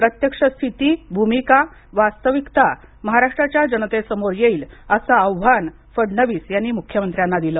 प्रत्यक्ष स्थिती भूमिका वास्तविकता महाराष्ट्राच्या जनतेसमोर येईल असं आव्हान फडणविसांनी मुख्यमंत्र्यांना दिलं